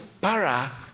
para